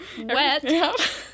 Wet